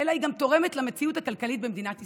אלא היא גם תורמת למציאות הכלכלית במדינת ישראל.